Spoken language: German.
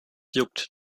juckt